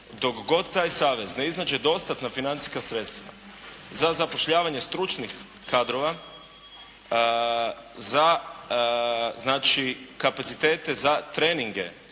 dok god taj savez ne iznađe dostatna financijska sredstva za zapošljavanje stručnih kadrova za znači kapacitete za treninge